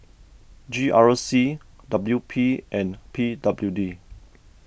G R C W P and P W D